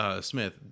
Smith